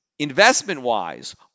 investment-wise